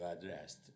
addressed